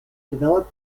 developed